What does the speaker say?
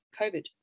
COVID